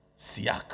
Siak